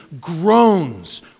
groans